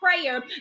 prayer